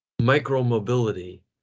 micro-mobility